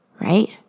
Right